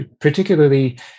particularly